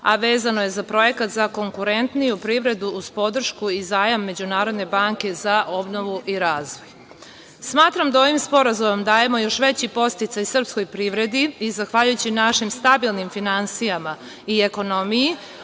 a vezano je za projekat za konkurentniju privredu uz podršku i zajam Međunarodne banke za obnovu i razvoj. Smatram da ovim sporazumom dajemo još veći podsticaj srpskoj privredi. Zahvaljujući našim stabilnim finansijama i ekonomiji